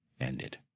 ended